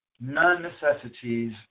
non-necessities